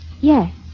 Yes